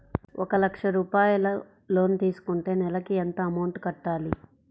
ఒక లక్ష రూపాయిలు లోన్ తీసుకుంటే నెలకి ఎంత అమౌంట్ కట్టాలి?